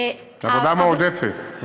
עבודה מועדפת.